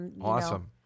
awesome